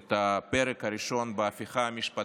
את הפרק הראשון בהפיכה המשפטית,